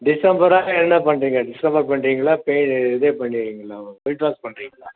டிஸம்பரா என்ன பண்ணுறிங்க டிஸம்பர் பண்ணுறிங்களா பே இதை பண்ணுறிங்களா ஒயிட் வாஷ் பண்ணுறீங்களா